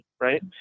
right